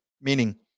Meaning